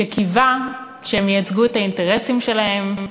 שקיווה שהם ייצגו את האינטרסים שלהם,